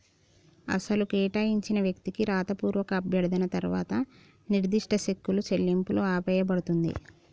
అసలు కేటాయించిన వ్యక్తికి రాతపూర్వక అభ్యర్థన తర్వాత నిర్దిష్ట సెక్కులు చెల్లింపులు ఆపేయబడుతుంది